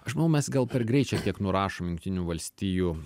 aš manau mes gal per greit šiek tiek nurašom jungtinių valstijų